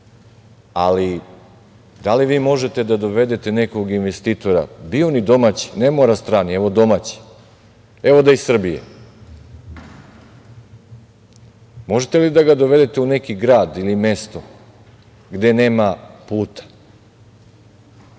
ali da li vi možete da dovedete nekog investitora bio on i domaći, ne mora strani, evo domaći, evo da je iz Srbije, možete li da ga dovedete u neki grad ili mesto gde nema puta